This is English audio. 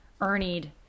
Ernie'd